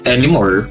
Anymore